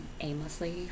aimlessly